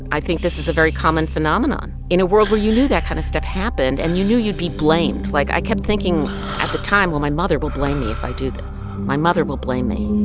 i think this is a very common phenomenon in a world where you knew that kind of stuff happened, and you knew you'd be blamed. like, i kept thinking at the time, well, my mother will blame me if i do this. my mother will blame me.